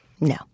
No